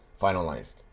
finalized